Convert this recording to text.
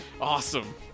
Awesome